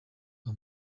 rwa